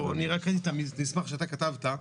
אני רק ראיתי מסמך שאתה כתבת.